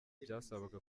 byasabaga